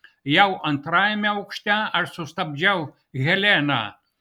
jau antrajame aukšte aš sustabdžiau heleną